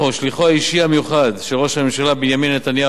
שליחו האישי המיוחד של ראש הממשלה בנימין נתניהו,